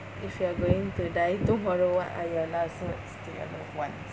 if you are going to die tomorrow what are your last words to your loved ones